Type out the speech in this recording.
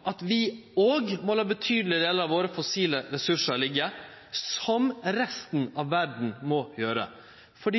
for å nå måla som det er einigheit om i Stortinget, og vi kjem til å fortsetje å føreslå at vi òg må la betydelege delar av våre fossile ressursar liggje – som resten av verda må gjere. For